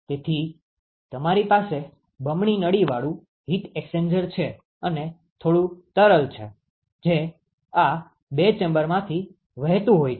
તેથી તમારી પાસે બમણી નળીવાળું હીટ એક્સ્ચેન્જર છે અને થોડુ તરલ છે જે આ બે ચેમ્બરમાંથી વહેતુ હોય છે